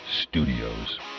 Studios